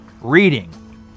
reading